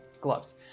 Gloves